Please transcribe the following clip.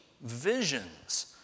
visions